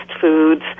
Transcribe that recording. foods